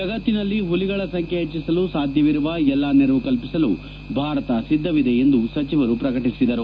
ಜಗತ್ತಿನಲ್ಲಿ ಹುಲಿಗಳ ಸಂಖ್ಯೆ ಹೆಚ್ಚಿಸಲು ಸಾಧ್ಯವಿರುವ ಎಲ್ಲಾ ನೆರವು ಕಲ್ಸಿಸಲು ಭಾರತ ಸಿದ್ದವಿದೆ ಎಂದು ಸಚಿವರು ಪ್ರಕಟಿಸಿದರು